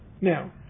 Now